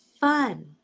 fun